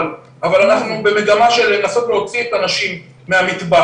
אבל אנחנו במגמה של לנסות להוציא את הנשים מהמטבח,